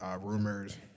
rumors